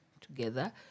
together